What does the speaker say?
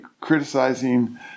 criticizing